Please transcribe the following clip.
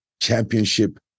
championship